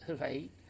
right